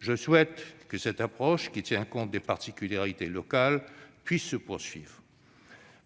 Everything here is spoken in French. Je souhaite que cette approche, qui tient compte des particularités locales, puisse continuer de prévaloir.